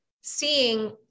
seeing